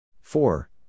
Four